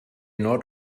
nord